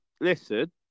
Listen